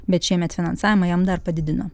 bet šiemet finansavimą jam dar padidino